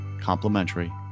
complimentary